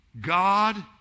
God